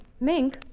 Mink